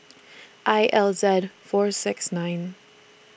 I L Z four six nine